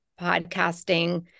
podcasting